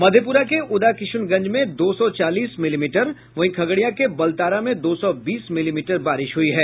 मधेपुरा के उदाकिशुनगंज में दो सौ चालीस मिलीमीटर वहीं खगड़िया के बलतारा में दो सौ बीस मिलीमीटर बारिश हुई है